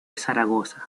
zaragoza